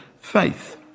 faith